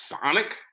Sonic